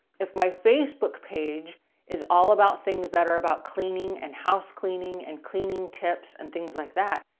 if my facebook page is all about things that are about cleaning and house cleaning, and cleaning tips, and things like that.